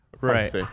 right